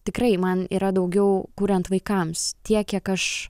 tikrai man yra daugiau kuriant vaikams tiek kiek aš